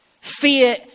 Fear